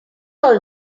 all